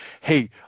Hey